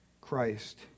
Christ